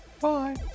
Bye